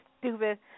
stupid